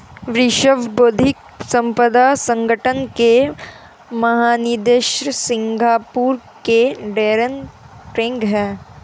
विश्व बौद्धिक संपदा संगठन के महानिदेशक सिंगापुर के डैरेन टैंग हैं